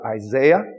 Isaiah